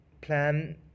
Plan